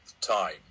time